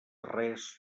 res